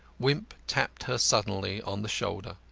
wimp tapped her suddenly on the shoulder.